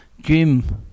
Jim